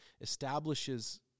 establishes